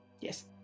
yes